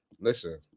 Listen